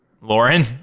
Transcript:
Lauren